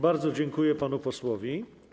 Bardzo dziękuję panu posłowi.